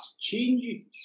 changing